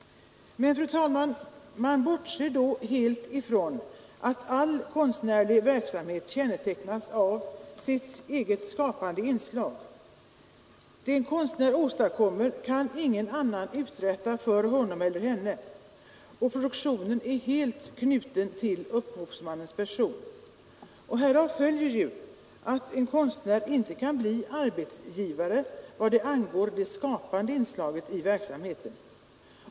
Men, fru talman, man bortser ju då helt ifrån att all konstnärlig verksamhet kännetecknas av sitt skapande inslag. Det en konstnär åstadkommer kan ingen annan uträtta för honom eller henne, och produkten är helt knuten till upphovsmannens person. Härav följer att en konstnär inte kan bli arbetsgivare vad angår det skapande inslaget i verksamheten.